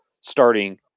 starting